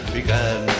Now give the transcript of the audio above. began